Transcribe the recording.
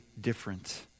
different